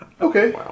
Okay